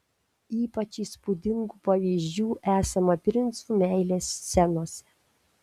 ypač įspūdingų pavyzdžių esama princų meilės scenose